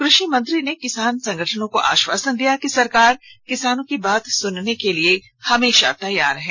कृषि मंत्री ने किसान संगठनों को आश्वासन दिया कि सरकार किसानों की बात सुनने के लिए हमेशा तैयार है